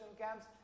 camps